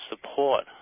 support